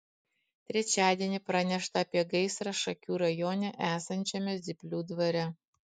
trečiadienį pranešta apie gaisrą šakių rajone esančiame zyplių dvare